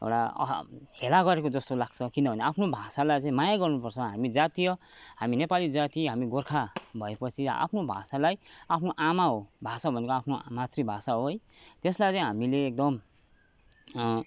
एउटा अहा हेला गरेको जस्तो लाग्छ किनभने आफ्नो भाषालाई चाहिँ माया गर्नुपर्छ हामी जातीय हामी नेपाली जाति हामी गोर्खा भएपछि आफ्नो भाषालाई आफ्नो आमा हो भाषा भनेको आफ्नो आ मातृभाषा हो है त्यसलाई चाहिँ हामीले एकदम